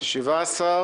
מי בעד,